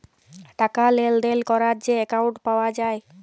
টাকা লেলদেল ক্যরার যে একাউল্ট পাউয়া যায়